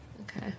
Okay